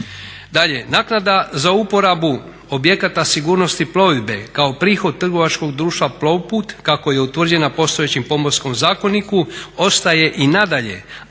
Dalje, naknada za uporabu objekata sigurnosti plovidbe kao prihod Trgovačkog društva Plovput kako je utvrđena postojećim Pomorskom zakoniku ostaje i nadalje,